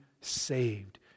saved